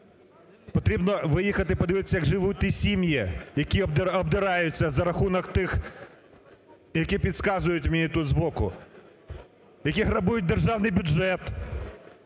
Потрібно виїхати і подивитись, як живуть ті сім'ї, які обдираються за рахунок тих, які, підказують тут мені збоку, які грабують державний бюджет,